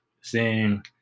seeing